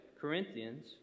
Corinthians